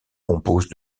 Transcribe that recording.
compose